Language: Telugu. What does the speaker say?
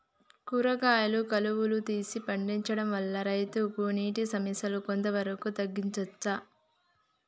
కూరగాయలు కాలువలు తీసి పండించడం వల్ల రైతులకు నీటి సమస్య కొంత వరకు తగ్గించచ్చా?